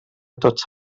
tots